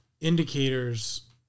indicators